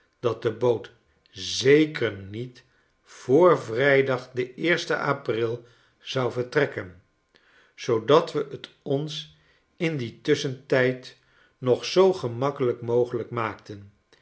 dat de boot zeker niet voor vrijdag den eersten april zou vertrekken zoodat we t ons in dien tusschentijd nog zoo gemakkelyk mogelijk maakten